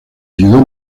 ayudó